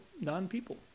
non-people